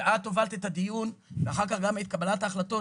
ואת הובלת את הדיון ואחר כך גם את קבלת ההחלטות